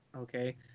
Okay